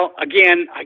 again